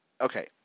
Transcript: okay